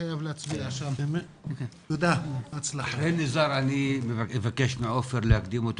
תודה לכם שנתתם לנו את ההזדמנות להביע את